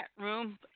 room